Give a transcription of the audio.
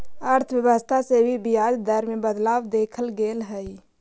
अर्थव्यवस्था से भी ब्याज दर में बदलाव देखल गेले हइ